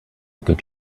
good